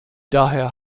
daher